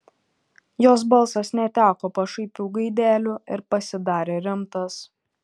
jos balsas neteko pašaipių gaidelių ir pasidarė rimtas